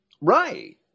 Right